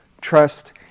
trust